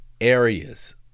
areas